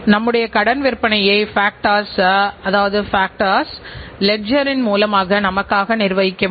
வெளியீடுகளையும் உள்ளீடுகளையும் எவ்வாறு அளவிட வேண்டும் மற்றும் நிர்வகிக்க வேண்டும்